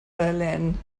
berlin